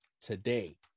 today